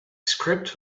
script